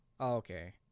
Okay